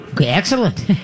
Excellent